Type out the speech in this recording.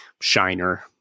Shiner